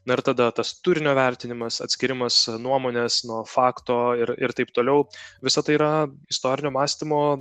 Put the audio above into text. na ir tada tas turinio vertinimas atskyrimas nuomonės nuo fakto ir ir taip toliau visa tai yra istorinio mąstymo